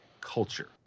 culture